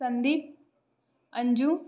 Sandeep Anju